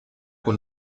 con